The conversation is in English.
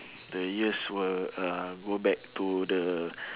the years were uh go back to the